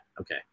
okay